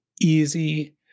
easy